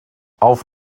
auf